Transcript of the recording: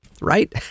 right